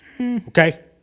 Okay